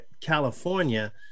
California